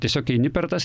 tiesiog eini per tas